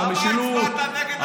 על המשילות,